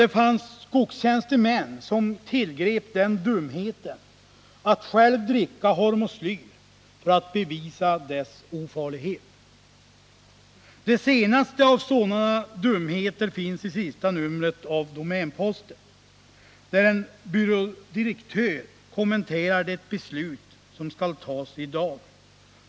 Det fanns skogstjänstemän som begick dumheten att själva dricka Onsdagen den hormoslyr för att bevisa dess ofarlighet. Det senaste i raden av sådana 21 maj 1980 dumheter står att läsa i senaste numret av Domänposten, där en byrådirektör kommenterar det beslut som skall fattas i dag.